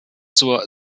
zur